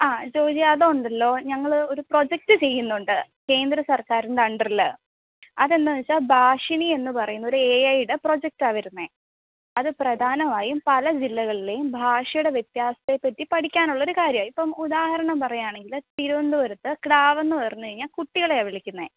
ആ ജോജി അതുണ്ടല്ലോ ഞങ്ങൾ ഒരു പ്രൊജെക്റ്റ് ചെയ്യുന്നുണ്ട് കേന്ദ്രസര്ക്കാരിന്റ അണ്ടർല് അത് എന്താണെന്ന് വെച്ചാൽ ഭാഷിണി എന്നുപറയുന്നൊരു ഏ ഐ ടെ പ്രൊജെക്റ്റാ വരുന്നത് അത് പ്രധാനമായും പല ജില്ലകളിലെയും ഭാഷയുടെ വ്യത്യാസത്തെപ്പറ്റി പടിക്കാനുള്ള ഒരു കാര്യമാ ഇപ്പം ഉദാഹരണം പറയുകയാണെങ്കിൽ തിരുവനന്തപുരത്ത് ക്ടാവെന്നു പറഞ്ഞുകഴിഞ്ഞാൽ കുട്ടികളെയാ വിളിക്കുന്നത്